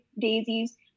daisies